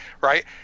Right